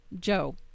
joe